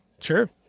Sure